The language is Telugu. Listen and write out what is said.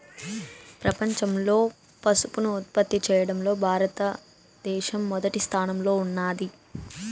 ప్రపంచంలో పసుపును ఉత్పత్తి చేయడంలో భారత దేశం మొదటి స్థానంలో ఉన్నాది